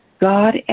God